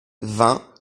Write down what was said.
vingt